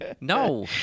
No